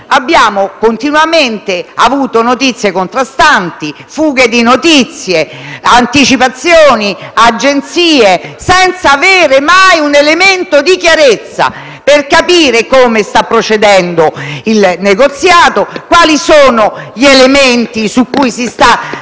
abbiamo avuto continue notizie contrastanti, fughe di notizie, anticipazioni, agenzie, senza mai avere un elemento di chiarezza per capire come sta procedendo il negoziato né quali sono gli elementi su cui si sta reimpostando